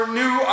new